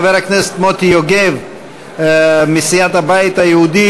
חבר הכנסת מוטי יוגב מסיעת הבית היהודי